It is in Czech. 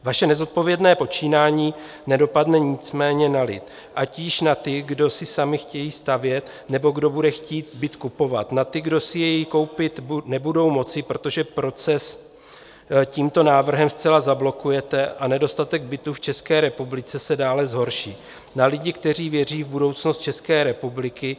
Vaše nezodpovědné počínání nedopadne nicméně na lidi, ať již na ty, kdo si sami chtějí stavět, nebo kdo bude chtít byt kupovat, na ty, kdo si jej koupit nebudou moci, protože proces tímto návrhem zcela zablokujete a nedostatek bytů v České republice se dále zhorší, na lidi, kteří věří v budoucnost České republiky.